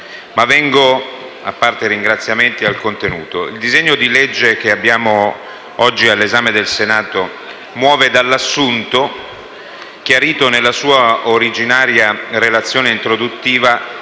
dai relatori. Vengo ora al contenuto. Il disegno di legge che abbiamo oggi all'esame del Senato muove dell'assunto, chiarito nella sua originaria relazione introduttiva,